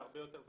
זה הרבה יותר.